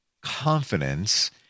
confidence